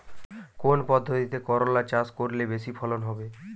কোন পদ্ধতিতে করলা চাষ করলে বেশি ফলন হবে?